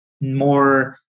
more